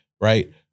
right